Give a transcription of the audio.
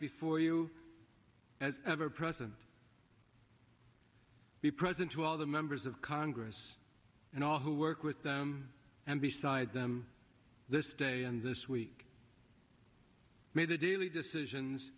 before you as ever present be present to all the members of congress and all who work with them and beside them this day and this week made the daily decisions